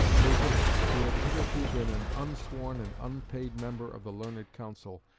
bacon, who had hitherto been an unsworn and unpaid member of the learned counsel,